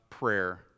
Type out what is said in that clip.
prayer